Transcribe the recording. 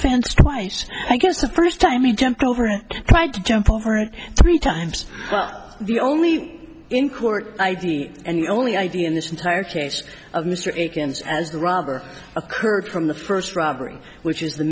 fence twice i guess the first time he jumped over and tried to jump over it three times but the only in court id and the only id in this entire case of mr aiken's as the robber occurred from the first robbery which is the